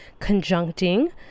conjuncting